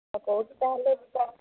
ହଉ କହୁଛୁ ତାହେଲେ କହ